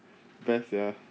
ya sia